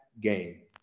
Game